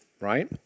right